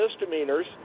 misdemeanors